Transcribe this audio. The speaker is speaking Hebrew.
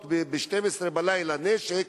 בשתים-עשרה בלילה אפשר לקנות נשק,